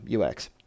UX